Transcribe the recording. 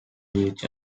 beach